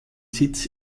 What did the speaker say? sitz